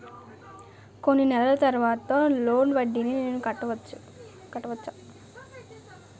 కొన్ని నెలల తర్వాత లోన్ వడ్డీని నేను కట్టవచ్చా?